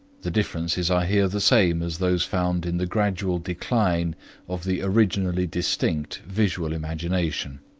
the differences are here the same as those found in the gradual decline of the originally distinct visual imagination.